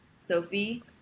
Sophie